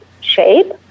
shape